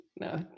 No